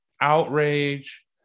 outrage